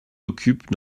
occupe